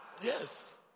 Yes